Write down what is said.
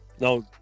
No